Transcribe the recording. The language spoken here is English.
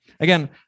Again